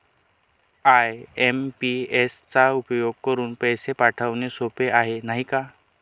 IMPS चा उपयोग करुन पैसे पाठवणे सोपे आहे, नाही का